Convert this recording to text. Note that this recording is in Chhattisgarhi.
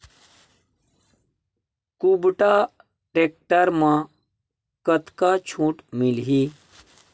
कुबटा टेक्टर म कतका छूट मिलही?